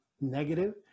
negative